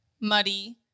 Muddy